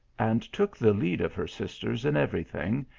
and took the lead of her sisters in every thing,